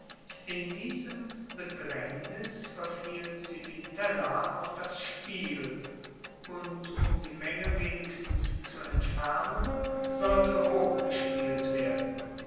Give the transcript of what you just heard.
in diesem bedrängnis verfiel civitella auf das spiel und um die menge wenigstens zu entfernen sollte hoch gespielt werden